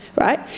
right